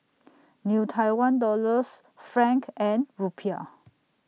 New Tiwan Dollars Franc and Rupiah